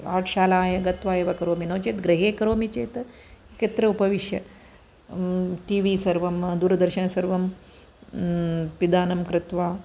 art शाला गत्वा एव करोमि नो चेद् गृहे करोमि चेद् एकत्र उपविश्य टि वि सर्वं दूरदर्शन सर्वं पिदानं कृत्वा